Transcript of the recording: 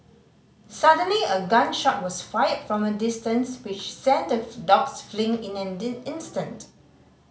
suddenly a gun shot was fired from a distance which sent the dogs fleeing in an instant